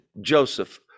Joseph